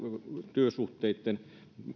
työsuhteitten